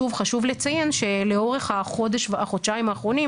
שוב חשוב לציין שאורך החודשיים האחרונים